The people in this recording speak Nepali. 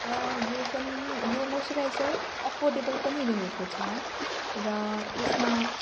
र यो पनि यो मोइस्चराइजर अफोर्डेबल पनि रहेको छ र यसमा